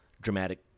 dramatic